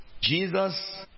Jesus